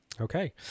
okay